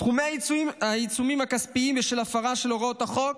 סכומי העיצומים הכספיים בשל הפרה של הוראות החוק